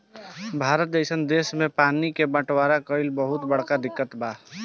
भारत जइसन देश मे पानी के बटवारा कइल बहुत बड़का दिक्कत के बात बा